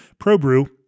ProBrew